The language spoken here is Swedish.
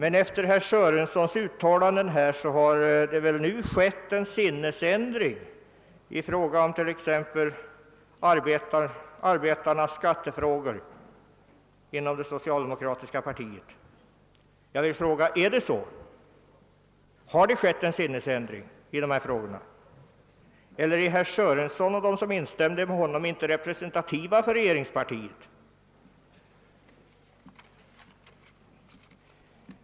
Av herr Sörensons uttalande att döma har det emellertid nu skett en sinnesändring inom det socialdemokratiska partiet när det t.ex. gäller arbetarnas skattefrågor. Är det så? Eller är herr Sörenson och de som instämde i hans anförande inte representativa för regeringspartiet?